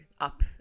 up